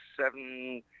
seven